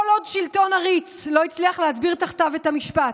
"כל עוד שלטון עריץ לא הצליח להדביר תחתיו המשפט,